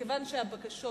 מכיוון שהבקשות